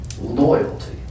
Loyalty